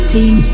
Team